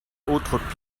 autre